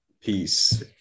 Peace